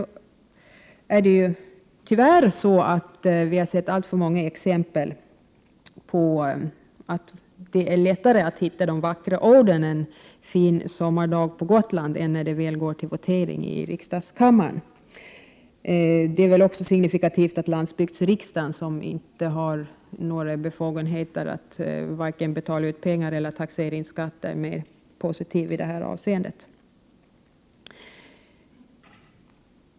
Tyvärr har vi sett alltför många exempel på att det är lättare att hitta de vackra orden en fin sommardag på Gotland än när det är votering i riksdagens kammare. Det är också signifikativt att landsbygdsriksdagen, som inte har befogenheter att vare sig betala ut pengar eller dra in skatter, är mer positiv i detta avseende.